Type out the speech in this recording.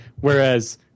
Whereas